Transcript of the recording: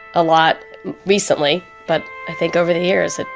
a lot recently, but i think over the years, ah